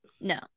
No